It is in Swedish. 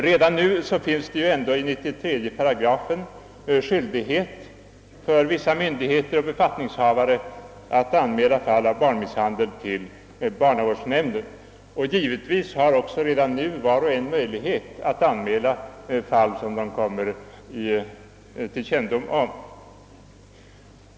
Redan nu finns det ju enligt 93 8 barnavårdslagen skyldighet för vissa myndigheter och befattningshavare att anmäla fall av barnmisshandel till barnavårdsnämnden, och givetvis har var och en redan nu möjlighet att anmäla fall som han eller hon fått kännedom om.